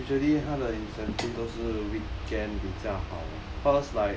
err usually 他的 incentive 都是 weekend 比较好